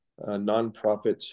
nonprofits